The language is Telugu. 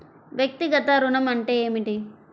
వ్యక్తిగత ఋణం అంటే ఏమిటి?